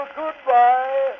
goodbye